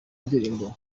indirimbo